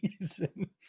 reason